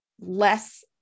less